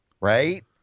right